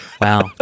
Wow